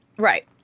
Right